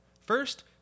First